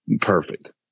perfect